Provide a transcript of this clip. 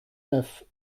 neuf